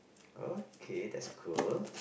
okay that's cool